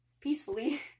peacefully